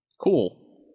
Cool